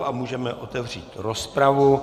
A můžeme otevřít rozpravu.